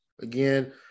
again